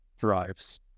thrives